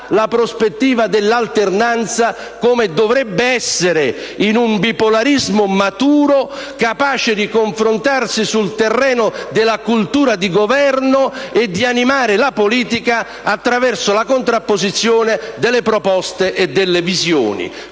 la prospettiva dell'alternanza, come dovrebbe essere in un bipolarismo maturo, capace di confrontarsi sul terreno della cultura di Governo e di animare la politica attraverso la contrapposizione delle proposte e delle visioni.